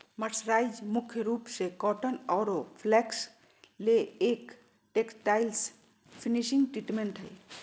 mercerised मुख्य रूप से कॉटन आरो फ्लेक्स ले एक टेक्सटाइल्स फिनिशिंग ट्रीटमेंट हई